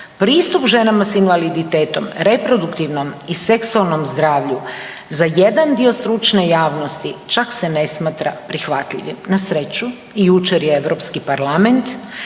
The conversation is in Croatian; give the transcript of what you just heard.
Pristup ženama s invaliditetom, reproduktivnom i seksualnom zdravlju za jedan dio stručne javnosti čak se ne smatra prihvatljivim. Na sreću jučer je Europski parlament